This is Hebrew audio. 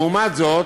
לעומת זאת,